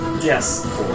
Yes